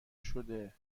شده